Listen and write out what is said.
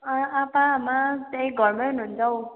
अँ आपा आमा त्यही घरमै हुनुहुन्छ हो